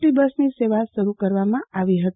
T બસની સુવિધા શરૂ કરવામાં આવી હતી